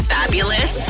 fabulous